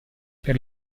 per